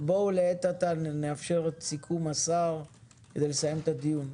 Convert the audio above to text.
בואו לעת עתה נאפשר את סיכום השר כדי לסיים את הדיון.